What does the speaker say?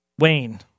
Wayne